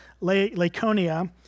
Laconia